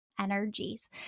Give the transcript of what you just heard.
energies